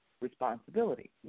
responsibility